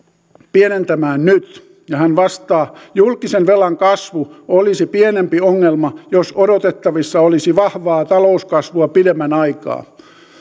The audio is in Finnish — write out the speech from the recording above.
pienentämään nyt ja hän vastaa julkisen velan kasvu olisi pienempi ongelma jos odotettavissa olisi vahvaa talouskasvua pidemmän aikaa